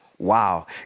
Wow